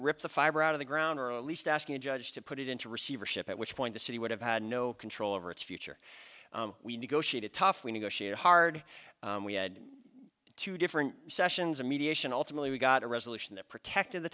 rip the fiber out of the ground or at least asking a judge to put it into receivership at which point the city would have had no control over its future we negotiate it tough we negotiate hard we had two different sessions of mediation ultimately we got a resolution that protected the